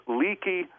leaky